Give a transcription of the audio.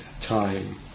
time